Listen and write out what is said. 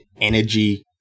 energy